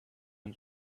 and